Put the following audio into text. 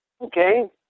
Okay